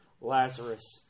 Lazarus